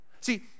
see